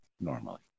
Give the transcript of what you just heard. normally